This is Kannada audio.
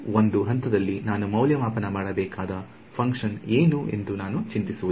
ಒಂದು ಹಂತದಲ್ಲಿ ನಾನು ಮೌಲ್ಯಮಾಪನ ಮಾಡಬೇಕಾದ ಫಂಕ್ಷನ್ ಏನು ಎಂದು ನಾನು ಚಿಂತಿಸುವುದಿಲ್ಲ